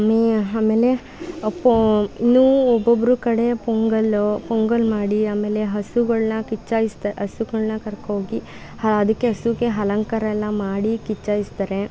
ಮಿ ಆಮೇಲೆ ಒಪ್ಪು ಇನ್ನು ಒಬ್ಬೊಬ್ಬರು ಕಡೆ ಪೊಂಗಲ್ಲು ಪೊಂಗಲ್ ಮಾಡಿ ಆಮೇಲೆ ಹಸುಗಳನ್ನು ಕಿಚ್ಛಾಯಿಸ್ತಾ ಹಸುಗಳನ್ನು ಕರ್ಕೊ ಹೋಗಿ ಅದಕ್ಕೆ ಹಸುಗೆ ಅಲಂಕಾರ ಎಲ್ಲ ಮಾಡಿ ಕಿಚ್ಛಾಯಿಸ್ತಾರೆ